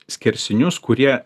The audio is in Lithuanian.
skersinius kurie